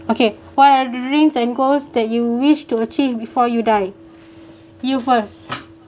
okay what are the rings and goals that you wish to achieve before you die you first